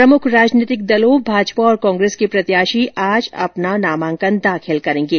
प्रमुख राजनीतिक दलों भाजपा और कांग्रेस के प्रत्याशी आज अपना नामांकन दाखिल करेंगे